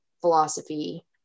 philosophy